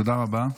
תודה רבה.